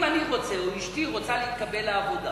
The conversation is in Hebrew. אם אשתי רוצה להתקבל לעבודה